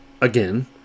again